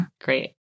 Great